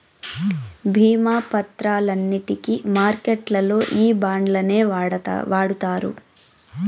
భీమా పత్రాలన్నింటికి మార్కెట్లల్లో ఈ బాండ్లనే వాడుతారు